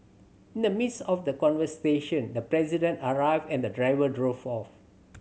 in the midst of the conversation the President arrived and the driver drove off